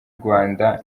rwanda